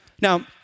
Now